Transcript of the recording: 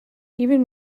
even